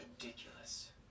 ridiculous